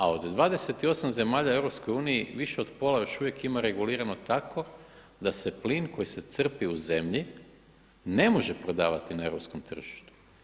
A od 28 zemalja u EU više od pola još uvijek ima regulirano tako da se plin koji se crpi u zemlji ne može prodavati na europskom tržištu.